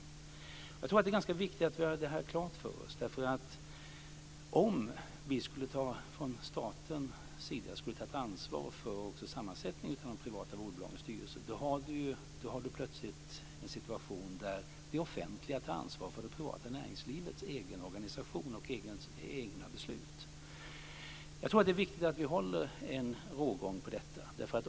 Jag tror att det är ganska viktigt att vi har detta klart för oss därför att om vi från statens sida skulle ta ett ansvar också för sammansättningen av de privata vårdbolagens styrelser då har vi plötsligt en situation där det offentliga tar ansvar för det privata näringslivets egen organisation och egna beslut. Jag tror att det är viktigt att vi håller en rågång på detta.